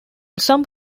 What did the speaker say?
some